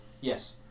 Yes